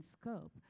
scope